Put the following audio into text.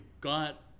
got